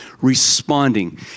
responding